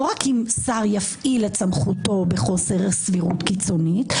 לא רק אם שר יפעיל את סמכותו בחוסר סבירות קיצונית,